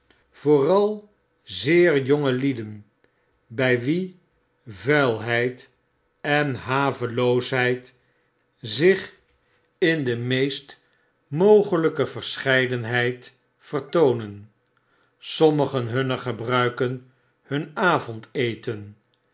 vooral zeer jonge lieden by wie vuilheid en haveloosheid zich in de meest mogelyke verscheidenheid vertoonen sommigen hunner gebruiken hun avondeten